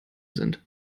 sind